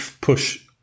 push